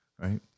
Right